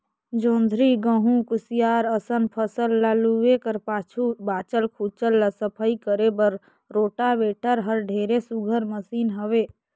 जोंधरी, गहूँ, कुसियार असन फसल ल लूए कर पाछू बाँचल खुचल ल सफई करे बर रोटावेटर हर ढेरे सुग्घर मसीन हवे